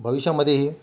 भविष्यामध्येही